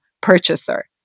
purchaser